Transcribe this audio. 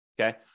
okay